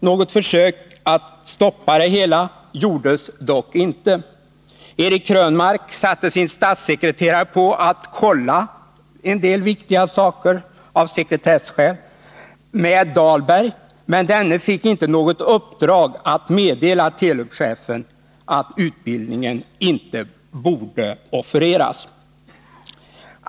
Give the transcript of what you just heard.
Något försök att stoppa det hela gjordes inte. Eric Krönmark satte sin statssekreterare på att av sekretesskäl kolla en del viktiga saker med Benkt Dahlberg, men statssekreteraren fick inte något uppdrag att meddela Telub-chefen att utbildningen inte borde offereras.